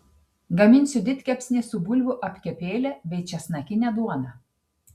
gaminsiu didkepsnį su bulvių apkepėle bei česnakine duona